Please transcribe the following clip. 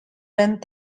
land